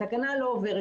התקנה לא עוברת.